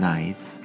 Nights